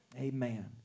Amen